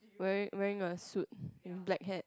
wearing wearing a suit in black hat